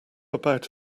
about